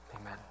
amen